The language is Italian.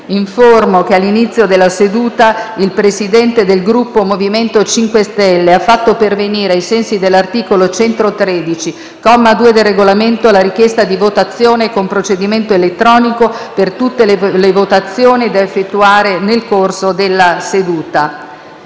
che all'inizio della seduta il Presidente del Gruppo MoVimento 5 Stelle ha fatto pervenire, ai sensi dell'articolo 113, comma 2, del Regolamento, la richiesta di votazione con procedimento elettronico per tutte le votazioni da effettuare nel corso della seduta.